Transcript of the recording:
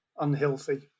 unhealthy